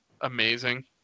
amazing